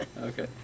Okay